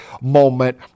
moment